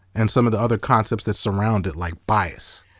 and some of the other concepts that surround it, like bias.